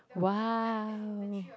!wow!